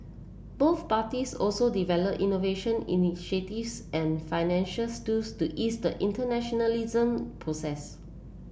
both parties also develop innovation initiatives and financials tools to ease the internationalisation process